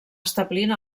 establint